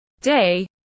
day